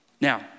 Now